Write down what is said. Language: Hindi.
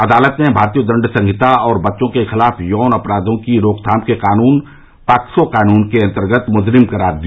अदालत ने भारतीय दंड संहिता और बच्चों के खिलाफ यौन अपराधों की रोकथाम के कानून पॉक्सो कानून के अन्तर्गत मुजरिम करार दिया